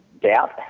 doubt